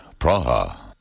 Praha